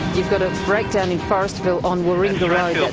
you've got a breakdown in forestville on warringah road. ah